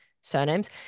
surnames